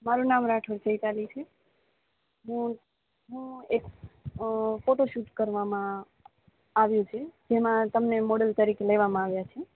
મારુ નામ રાઠોડ ચૈતાલી છે બોસ હ એક ફોટો સૂટ કરવામાં આવી છીએ જેમાં તમને મોડલ તરીકે લેવામાં આવ્યા છીએ